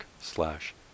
slash